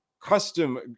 custom